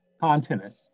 continent